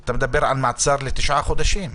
אתה מדבר על מעצר לתשעה חודשים,